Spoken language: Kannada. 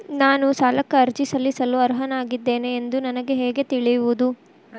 ನಾನು ಸಾಲಕ್ಕೆ ಅರ್ಜಿ ಸಲ್ಲಿಸಲು ಅರ್ಹನಾಗಿದ್ದೇನೆ ಎಂದು ನನಗೆ ಹೇಗೆ ತಿಳಿಯುವುದು?